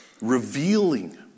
revealing